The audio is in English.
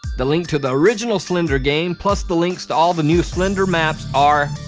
the link to the original slender game, plus the links to all the new slender maps are.